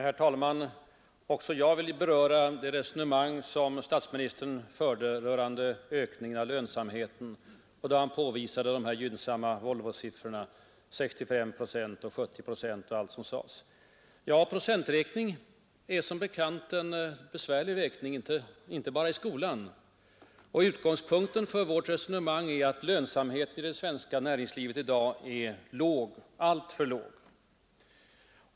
Herr talman! Även jag vill något beröra det resonemang som statsministern förde rörande ökningen av lönsamheten, då statsministern visade på Volvos gynnsamma siffror på 65—70 procent eller vad det nu var. Procenträkning är som bekant en besvärlig sak, inte bara i skolan. Utgångspunkten för vårt resonemang är att lönsamheten i det svenska näringslivet i dag är alltför låg.